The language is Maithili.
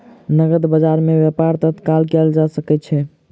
नकद बजार में व्यापार तत्काल कएल जा सकैत अछि